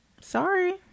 Sorry